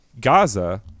Gaza